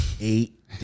Eight